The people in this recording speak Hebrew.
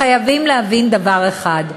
חייבים להבין דבר אחד: